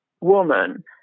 woman